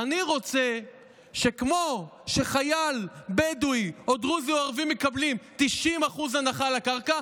אני רוצה שכמו שחייל בדואי או דרוזי או ערבי מקבלים 90% הנחה על הקרקע,